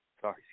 Sorry